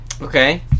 Okay